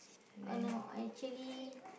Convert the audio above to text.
oh no I actually